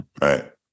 Right